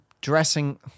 dressing